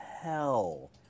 hell